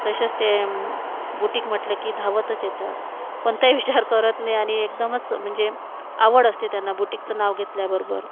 तसेच ते बुटीक म्हटलं की धावतच येतात कोणताही विचार करत नाही आणि एकदमच म्हणजे आवड असते त्यांना बुटीकचं नाव घेतल्या बरोबर